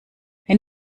wenn